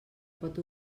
pot